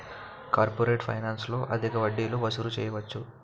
corporate ఫైనాన్స్లో అధిక వడ్డీలు వసూలు చేయవచ్చు